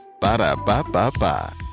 Ba-da-ba-ba-ba